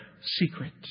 secret